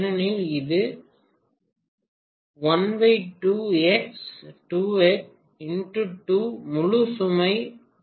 ஏனெனில் இது 1 2X x 2 x முழு சுமை பி